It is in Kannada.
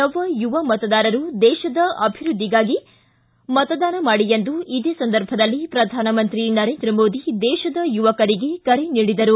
ನವ ಯುವ ಮತದಾರರು ದೇಶದ ಅಭಿವೃದ್ದಿಗಾಗಿ ಮತದಾನ ಮಾಡಿ ಎಂದು ಇದೇ ಸಂದರ್ಭದಲ್ಲಿ ಪ್ರಧಾನಮಂತ್ರಿ ನರೇಂದ್ರ ಮೋದಿ ದೇಶದ ಯುವಕರಿಗೆ ಕರೆ ನೀಡಿದರು